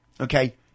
okay